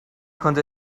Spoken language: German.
konnte